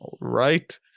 right